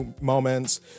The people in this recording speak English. moments